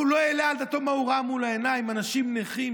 הוא לא העלה על דעתו מה הוא ראה מול העיניים: אנשים נכים,